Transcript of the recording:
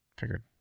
figured